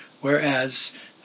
whereas